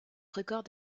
record